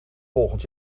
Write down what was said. volgend